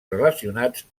relacionats